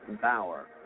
Bauer